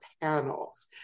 panels